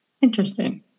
Interesting